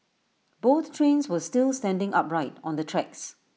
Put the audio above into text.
both trains were still standing upright on the tracks